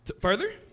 Further